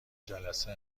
جلسه